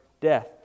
death